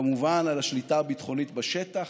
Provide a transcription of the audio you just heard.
כמובן על השליטה הביטחונית בשטח.